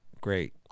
Great